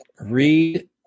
read